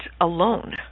alone